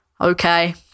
Okay